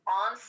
on